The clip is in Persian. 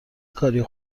کاریه